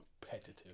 competitive